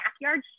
backyard